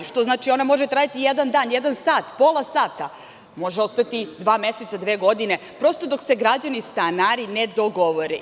Znači, ona može trajati jedan dan, jedan sat, pola sata, može ostati dva meseca, dve godine, prosto, dok se građani stanari ne dogovore.